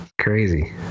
Crazy